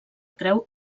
creu